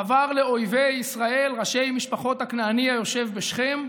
חבר לאויבי ישראל, ראשי משפחות הכנעני היושב בשכם,